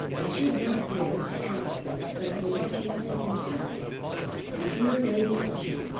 i should not dare to ask this but for what you said yourself and, dear lady ushant,